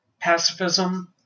Pacifism